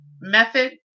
method